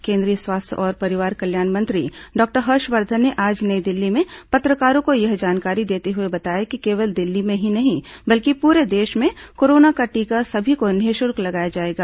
केंद्रीय स्वास्थ्य और परिवार कल्याण मंत्री डॉक्टर हर्षवर्धन ने आज नई दिल्ली में पत्रकारों को यह जानकारी देते हुए बताया कि केवल दिल्ली में ही नहीं बल्कि पूरे देश में कोरोना का टीका सभी को निःशुल्क लगाया जाएगा